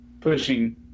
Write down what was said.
pushing